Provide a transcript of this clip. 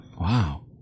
Wow